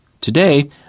Today